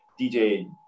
DJ